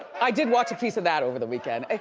i did watch a piece of that over the weekend.